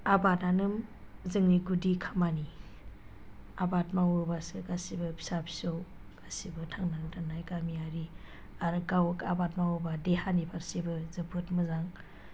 आबादानो जोंनि गुदि खामानि आबाद मावोब्लासो गासैबो फिसा फिसौ गासैबो थांनानै थानाय गामियारि आरो गाव आबाद मावोब्ला देहानि फारसेबो जोबोद मोजां